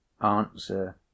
answer